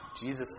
Jesus